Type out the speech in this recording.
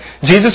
Jesus